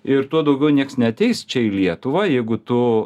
ir tuo daugiau nieks neateis čia į lietuvą jeigu tu